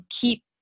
keep